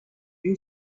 few